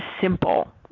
simple